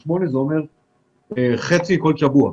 R0.8 זה אומר חצי כל שבוע.